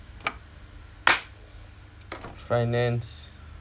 finance